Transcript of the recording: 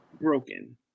broken